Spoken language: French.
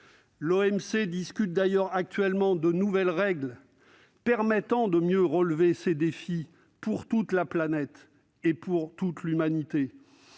L'OMC discute d'ailleurs actuellement de nouvelles règles permettant de mieux relever ces défis pour toute la planète et pour toute l'humanité.